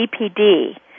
BPD